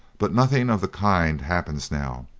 but nothing of the kind happens now.